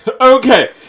Okay